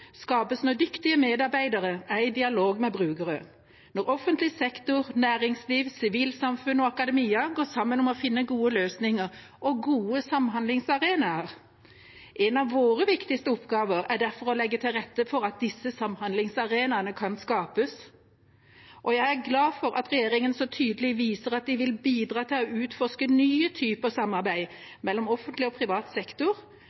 skapes når dyktige medarbeidere er i dialog med brukere, når offentlig sektor, næringsliv, sivilsamfunn og akademia går sammen om å finne gode løsninger og gode samhandlingsarenaer. En av våre viktigste oppgaver er derfor å legge til rette for at disse samhandlingsarenaene kan skapes. Jeg er glad for at regjeringa så tydelig viser at de vil bidra til å utforske nye typer samarbeid mellom offentlig og privat sektor